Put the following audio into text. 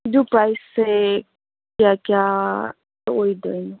ꯑꯗꯨ ꯄ꯭ꯔꯥꯏꯁꯁꯦ ꯀꯌꯥ ꯀꯌꯥ ꯑꯣꯏꯗꯣꯏꯅꯣ